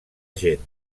gent